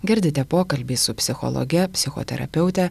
girdite pokalbį su psichologe psichoterapeute